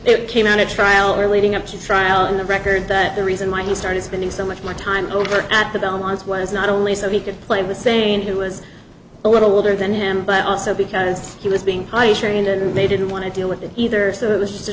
it came out at trial or leading up to trial on the record that the reason why he started spending so much more time over at the belmont was not only so he could play with saying he was a little older than him but also because he was being trained and they didn't want to deal with it either so it was just a